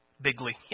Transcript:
bigly